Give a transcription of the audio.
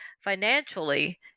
financially